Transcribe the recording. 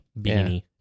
Beanie